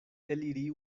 eliri